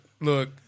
Look